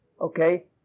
Okay